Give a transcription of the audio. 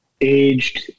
aged